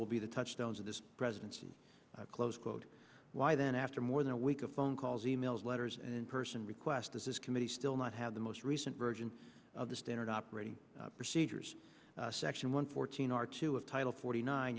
will be the touchstones of this presidency close quote why then after more than a week of phone calls e mails letters and in person request this committee still not have the most recent version of the standard operating procedures section one fourteen are two of title forty nine